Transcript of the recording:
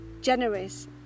generous